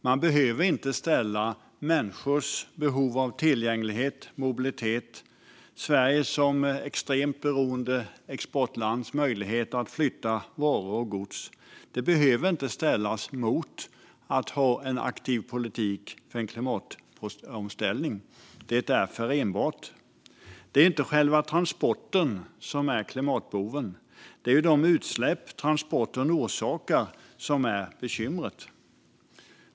Man behöver inte ställa människors behov av tillgänglighet, mobilitet och Sverige som extremt beroende exportlands möjligheter att flytta varor och gods mot att ha en aktiv politik för klimatomställning. Det är förenbart. Det är inte själva transporten som är klimatboven. Det är de utsläpp som transporten orsakar som är bekymret.